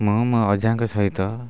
ମୁଁ ମୋ ଅଜାଙ୍କ ସହିତ